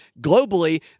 globally